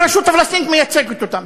שהרשות הפלסטינית מייצגת אותם,